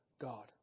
God